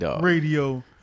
radio